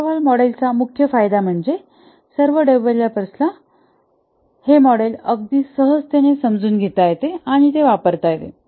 water fall मॉडेलचा मुख्य फायदा म्हणजे सर्व डेवलपर्स ला हे मॉडेल अगदी सहजतेने समजुन घेता येते आणि ते वापरता येते